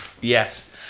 Yes